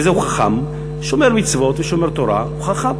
איזהו חכם שומר מצוות ושומר תורה, הוא חכם.